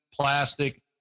plastic